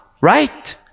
right